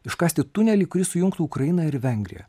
iškasti tunelį kuris sujungtų ukrainą ir vengriją